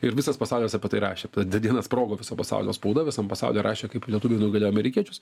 ir visas pasaulis apie tai rašė tą dieną sprogo viso pasaulio spauda visam pasaulyje rašė kaip lietuviai nugalė amerikiečius